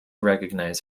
recognize